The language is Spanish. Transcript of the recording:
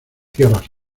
tierras